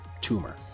tumor